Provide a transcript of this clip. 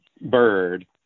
bird